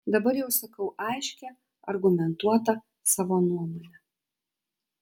dabar jau sakau aiškią argumentuotą savo nuomonę